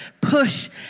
push